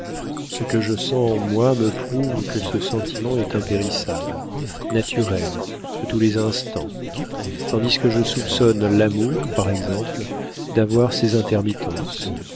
me prouve que ce sentiment est impérissable naturel de tous les instants tandis que je soupçonne l'amour par exemple d'avoir ses intermittences